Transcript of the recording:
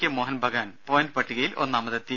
K Mohun Bagan point പട്ടികയിൽ ഒന്നാമതെത്തി